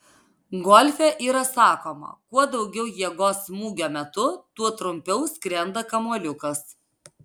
golfe yra sakoma kuo daugiau jėgos smūgio metu tuo trumpiau skrenda kamuoliukas